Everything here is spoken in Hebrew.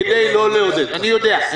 כדי לא לעודד ------ אני יודע.